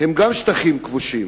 היא שטחים כבושים.